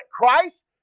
Christ